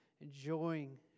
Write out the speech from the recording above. enjoying